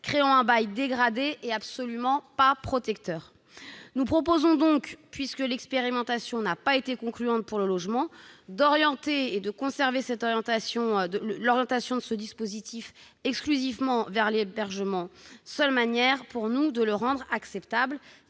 créant un bail dégradé et absolument pas protecteur. Nous proposons donc, puisque l'expérimentation n'a pas été concluante pour le logement, de maintenir l'orientation de ce dispositif exclusivement vers l'hébergement, seule manière de le rendre acceptable.